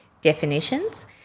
definitions